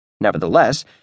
Nevertheless